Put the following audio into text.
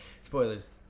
Spoilers